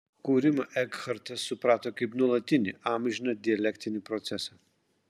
kūrimą ekhartas suprato kaip nuolatinį amžiną dialektinį procesą